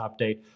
update